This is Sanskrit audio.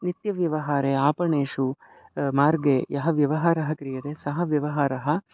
नित्यव्यवहारे आपणेषु मार्गे यः व्यवहारः क्रियते सः व्यवहारः